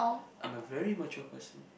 I'm a very mature person